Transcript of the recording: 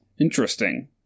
Interesting